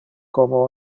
como